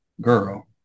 girl